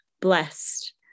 blessed